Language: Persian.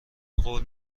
قول